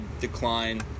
decline